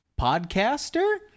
podcaster